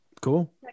cool